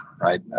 Right